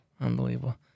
unbelievable